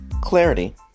clarity